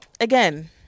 again